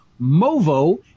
Movo